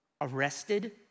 arrested